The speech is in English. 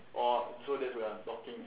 orh so that's where I'm talking